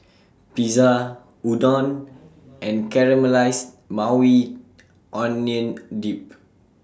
Pizza Udon and Caramelized Maui Onion Dip